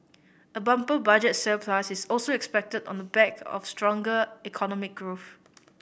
a bumper Budget surplus is also expected on the back of stronger economic growth